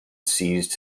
seized